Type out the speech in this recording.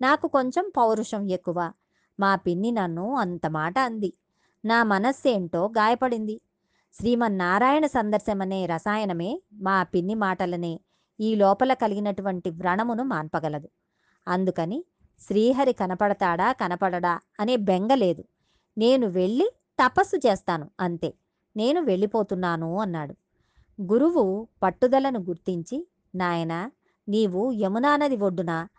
నాకు కొంచెం పౌరుషం ఎక్కువ. మా పిన్ని నన్ను అంత మాట అంది. నా మనస్సేంటో గాయపడింది. శ్రీమన్నారాయణ సందర్శనమనే రసాయనమే మా పిన్ని మాటలనే ఈ లోపల కలిగినటువంటి వ్రణమును మాన్పగలదు. అందుకని శ్రీహరి కనపడతాడా కనపడడా అనే బెంగ లేదు. నేను వెళ్ళి తపస్సు చేస్తాను అంతే. నేను వెళ్ళిపోతున్నాను అన్నాడు. గురువు పట్టుదలను గుర్తించి, "నాయనా, నీవు యమునా నది ఒడ్డునా?